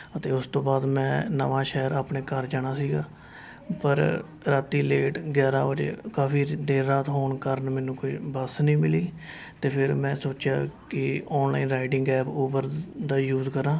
ਅਤੇ ਉਸ ਤੋਂ ਬਾਅਦ ਮੈਂ ਨਵਾਸ਼ਹਿਰ ਆਪਣੇ ਘਰ ਜਾਣਾ ਸੀਗਾ ਪਰ ਰਾਤੀਂ ਲੇਟ ਗਿਆਰਾਂ ਵਜੇ ਕਾਫ਼ੀ ਦੇਰ ਰਾਤ ਹੋਣ ਕਾਰਨ ਮੈਨੂੰ ਕੋਈ ਬੱਸ ਨਹੀਂ ਮਿਲੀ ਅਤੇ ਫਿਰ ਮੈਂ ਸੋਚਿਆ ਕਿ ਔਨਲਾਈਨ ਰਾਈਡਿੰਗ ਕੈਬ ਊਬਰ ਦਾ ਯੂਜ਼ ਕਰਾਂ